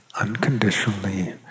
unconditionally